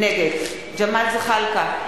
נגד ג'מאל זחאלקה,